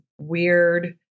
weird